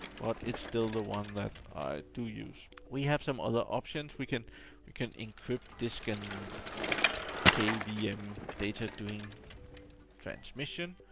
but it's still the one that i do use. we have some other options. we can we can encrypt disk and kvm um data during transmission.